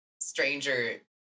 stranger